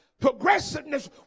Progressiveness